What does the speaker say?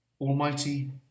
Almighty